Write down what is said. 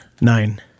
Nine